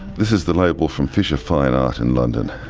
this is the label from fisher fine art in london.